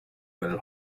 will